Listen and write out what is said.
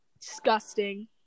disgusting